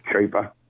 cheaper